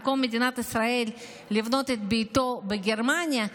במקום מדינת ישראל לבנות את ביתו בגרמניה,